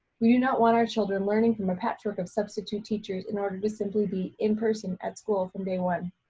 we do not want our children leaning from a patchwork of substitute teachers in order to simply be in person at school from day one.